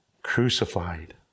crucified